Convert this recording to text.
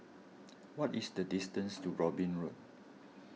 what is the distance to Robin Road